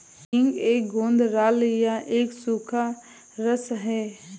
हींग एक गोंद राल या एक सूखा रस है